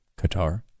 qatar